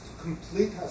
complete